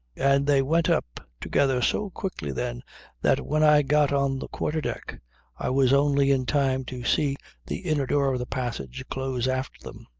and they went up together so quickly then that when i got on the quarter-deck i was only in time to see the inner door of the passage close after them.